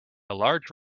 large